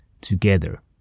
together